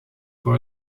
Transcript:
voor